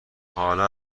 حالا